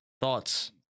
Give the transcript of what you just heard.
thoughts